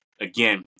again